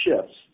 shifts